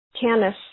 Canis